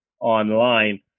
online